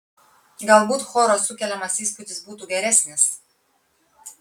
galbūt choro sukeliamas įspūdis būtų geresnis